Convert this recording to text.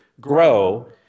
grow